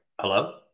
Hello